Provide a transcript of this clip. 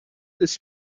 this